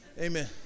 Amen